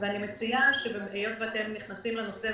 אני מציעה שהיות ואתם נכנסים לנושא,